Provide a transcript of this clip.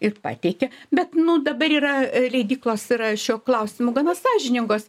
ir pateikia bet nu dabar yra leidyklos yra šiuo klausimu gana sąžiningos